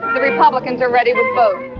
the republicans are ready with both.